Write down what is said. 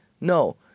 no